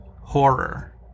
Horror